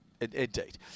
indeed